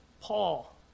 Paul